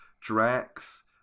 Drax